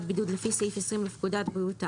בידוד לפי סעיף 20 לפקודת בריאות העם,